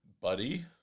Buddy